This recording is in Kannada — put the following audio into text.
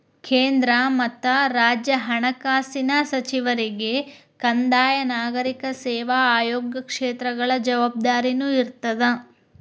ಕೇಂದ್ರ ಮತ್ತ ರಾಜ್ಯ ಹಣಕಾಸಿನ ಸಚಿವರಿಗೆ ಕಂದಾಯ ನಾಗರಿಕ ಸೇವಾ ಆಯೋಗ ಕ್ಷೇತ್ರಗಳ ಜವಾಬ್ದಾರಿನೂ ಇರ್ತದ